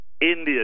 India